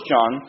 John